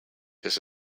this